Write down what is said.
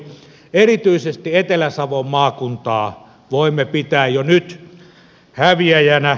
erityisesti etelä savon maakuntaa voimme pitää jo nyt häviäjänä